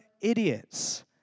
idiots